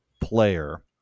player